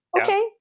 okay